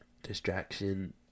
Distraction